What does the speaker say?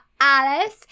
Alice